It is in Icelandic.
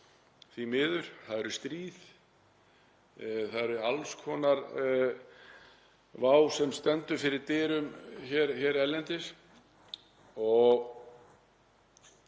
því miður. Það eru stríð og alls konar vá sem stendur fyrir dyrum erlendis.